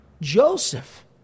Joseph